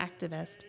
activist